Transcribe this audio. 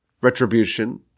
retribution